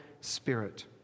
spirit